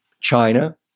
China